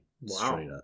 Wow